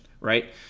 right